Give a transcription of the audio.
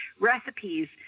recipes